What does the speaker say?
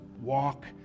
walk